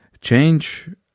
change